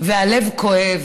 והלב כואב,